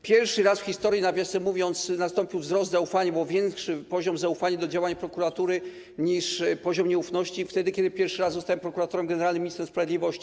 Pierwszy raz w historii, nawiasem mówiąc, nastąpił wzrost zaufania, był większy poziom zaufania do działań prokuratury niż poziom nieufności wtedy, kiedy pierwszy raz zostałem prokuratorem generalnym i ministrem sprawiedliwości.